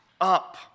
Up